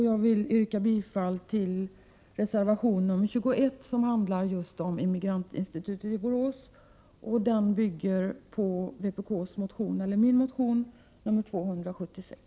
Jag yrkar bifall till reservation 21, som handlar just om Immigrantinstitutet i Borås och bygger på min motion Kr276.